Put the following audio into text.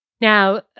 Now